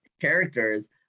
characters